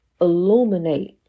illuminate